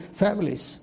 families